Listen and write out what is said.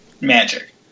magic